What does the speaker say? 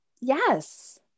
Yes